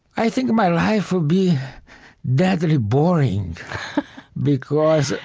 i think my life would be deadly boring because,